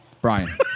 Brian